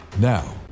Now